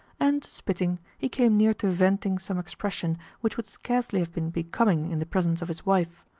and, spitting, he came near to venting some expression which would scarcely have been becoming in the presence of his wife.